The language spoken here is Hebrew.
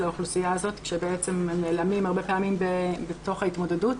האוכלוסייה שבעצם נעלמים הרבה פעמים בתוך ההתמודדות,